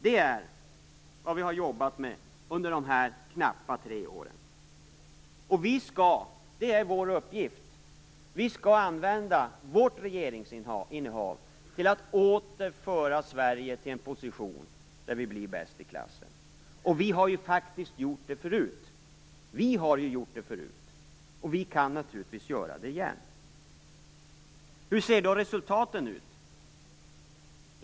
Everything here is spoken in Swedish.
Detta är vad vi har jobbat med under dessa knappt tre år. Vi skall - det är vår uppgift - använda vårt regeringsinnehav till att åter föra Sverige till en position där vi blir bäst i klassen. Vi har faktiskt gjort det förut, och vi kan naturligtvis göra det igen. Hur ser då resultaten ut?